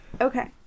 okay